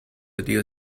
idea